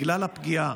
בגלל הפגיעה,